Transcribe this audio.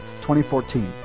2014